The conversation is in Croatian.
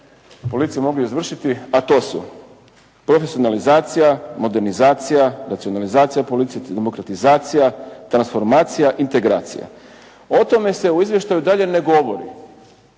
policije mogli izvršiti, a to su: profesionalizacija, modernizacija, racionalizacija policije, demokratizacija, transformacija, integracija. O tome se u izvještaju dalje ne govori,